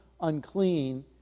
unclean